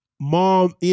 mom